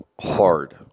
hard